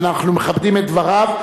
ואנחנו מכבדים את דבריו,